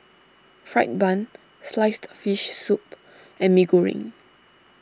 Fried Bun Sliced Fish Soup and Mee Goreng